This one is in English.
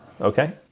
Okay